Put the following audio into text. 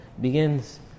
begins